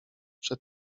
przed